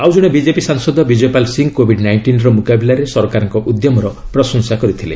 ଆଉ ଜଣେ ବିଜେପି ସାଂସଦ ବିଜୟପାଲ ସିଂ କୋବିଡ ନାଇଷ୍ଟିନ୍ର ମୁକାବିଲାରେ ସରକାରଙ୍କ ଉଦ୍ୟମର ପ୍ରଶଂସା କରିଥିଲେ